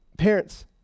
Parents